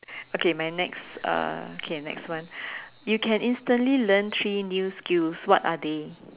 okay my next uh okay next one you can instantly learn three new skills what are they